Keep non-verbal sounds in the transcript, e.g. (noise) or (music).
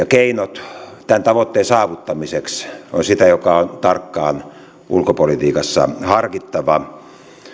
(unintelligible) keinot tämän tavoitteen saavuttamiseksi ovat sitä joka on tarkkaan ulkopolitiikassa harkittava